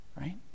Right